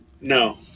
No